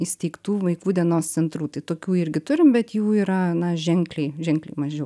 įsteigtų vaikų dienos centrų tai tokių irgi turim bet jų yra na ženkliai ženkliai mažiau